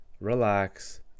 relax